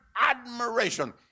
admiration